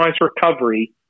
recovery